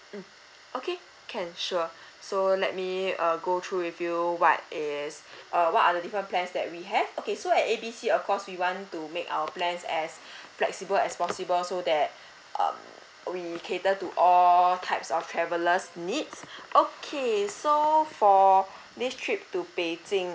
mm okay can sure so let me err go through with you what is uh what are the different plans that we have okay so at A B C of course we want to make our plans as flexible as possible so that um we cater to all types of travellers' needs okay so for this trip to beijing